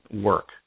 work